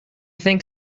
think